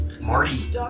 Marty